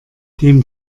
dem